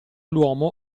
l’uomo